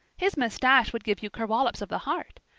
his moustache would give you kerwollowps of the heart.